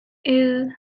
ill